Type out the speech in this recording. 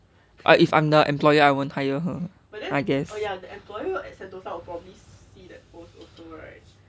I if I'm the employer I won't hire her I guess